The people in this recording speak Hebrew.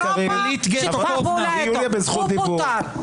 יוליה בזכות דיבור.